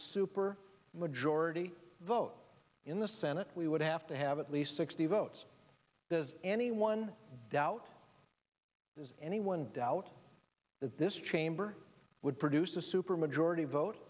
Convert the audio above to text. super majority vote in the senate we would have to have at least sixty votes does anyone doubt does anyone doubt that this chamber would produce a supermajority vote